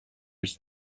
his